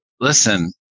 listen